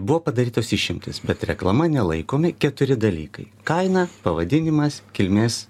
buvo padarytos išimtys bet reklama nelaikomi keturi dalykai kaina pavadinimas kilmės